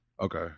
Okay